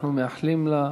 אנחנו מאחלים לך